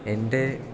എൻ്റെ